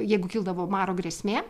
jeigu kildavo maro grėsmė